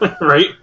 Right